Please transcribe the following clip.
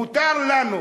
מותר לנו,